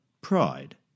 pride